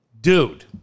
Dude